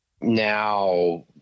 now